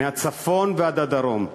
מהצפון ועד הדרום,